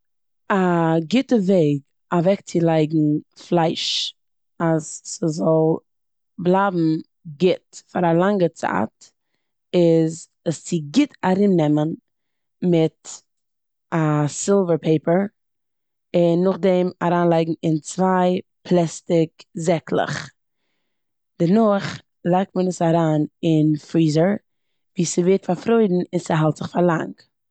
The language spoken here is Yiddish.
א גוטע וועג אוועקצילייגן פלייש אז ס'זאל בלייבן גוט פאר א לאנגע צייט איז עס צו גוט ארומנעמען מיט א סילווער פעיפער און נאכדעם אריינלייגן אין צוויי פלעסטיק זעקלעך. דערנאך לייגט מען עס אריין אין פריזער ווי ס'ווערט פארפרוירן און ס'האלט זיך פאר לאנג.